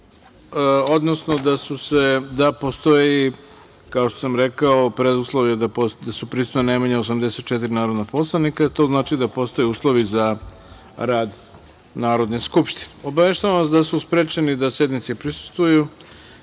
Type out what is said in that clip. odnosno da su postoji, kao što sam rekao, preduslov je da su prisutna najmanje 84 narodna poslanika, jer to znači da postoje uslovi za rad Narodne skupštine. Obaveštavam vas da su sprečeni da sednici prisustvuju